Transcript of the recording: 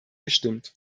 gestimmt